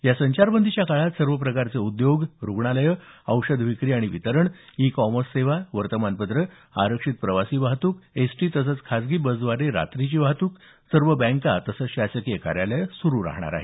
या संचारबंदीच्या काळात सर्व प्रकारचे उद्योग रुग्णालयं औषध विक्री आणि वितरण ई कॉमर्स सेवा वर्तमानपत्रं आरक्षित प्रवासी वाहतुक एसटी तसंच खासगी बस द्वारे रात्रीची वाहतुक सर्व बँका तसंच शासकीय कार्यालयं सुरू राहणार आहेत